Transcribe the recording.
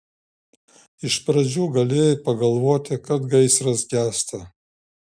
iš pradžių galėjai pagalvoti kad gaisras gęsta